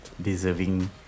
deserving